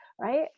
right